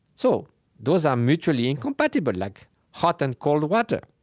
so those are mutually incompatible, like hot and cold water.